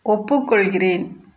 ஒப்புக்கொள்கிறேன்